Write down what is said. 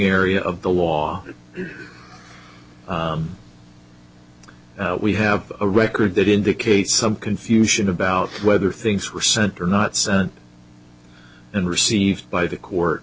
area of the law we have a record that indicates some confusion about whether things were sent or not sent and received by the court